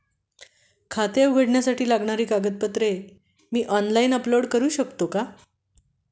खाते उघडण्यासाठी लागणारी कागदपत्रे मी ऑनलाइन अपलोड करू शकतो का?